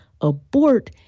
abort